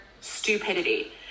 stupidity